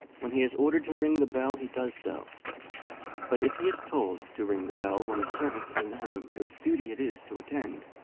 when he is ordered to ring the bell, he does so but if he is told to ring the bell when the servant is in the room whose duty it is to attend,